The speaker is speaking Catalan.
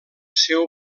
seu